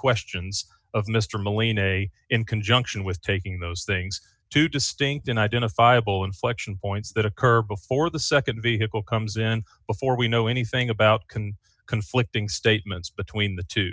questions of mr molina a in conjunction with taking those things two distinct and identifiable inflection points that occur before the nd vehicle comes in before we know anything about can conflicting statements between the two